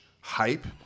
hype